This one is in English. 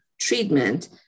treatment